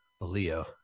Leo